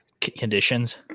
conditions